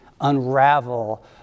unravel